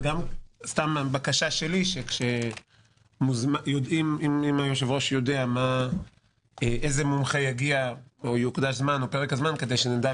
וגם בקשה שלי אם היושב-ראש יודע איזה מומחה יגיע ופרק הזמן שיוקדש,